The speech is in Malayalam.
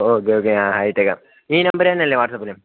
ഓക്കെ ഓക്കെ ഞാൻ ഹായ് ഇട്ടേക്കാം ഈ നമ്പര് തന്നെയല്ലെ വാട്സപ്പിലും